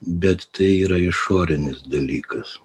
bet tai yra išorinis dalykas